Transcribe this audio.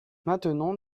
maintenant